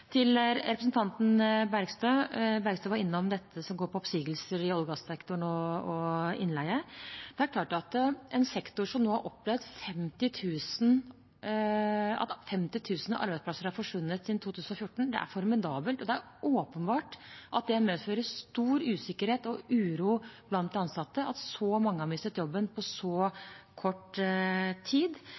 Til representanten Bergstø, som var innom det som går på oppsigelser i olje- og gassektoren og innleie: For en sektor som nå har opplevd at 50 000 arbeidsplasser har forsvunnet siden 2014, er det formidabelt, og det er åpenbart at det medfører stor usikkerhet og uro blant de ansatte at så mange har mistet jobben på så kort tid.